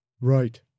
Right